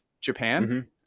Japan